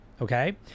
okay